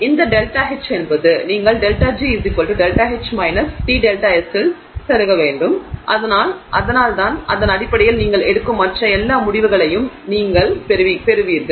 இந்த ΔH என்பது நீங்கள் ΔG ΔH TΔS இல் செருக வேண்டும் அதனால்தான் அதன் அடிப்படையில் நீங்கள் எடுக்கும் மற்ற எல்லா முடிவுகளையும் நீங்கள் பெறுவீர்கள்